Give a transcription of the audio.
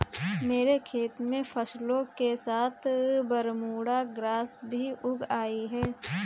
मेरे खेत में फसलों के साथ बरमूडा ग्रास भी उग आई हैं